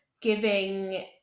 giving